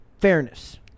Fairness